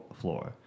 floor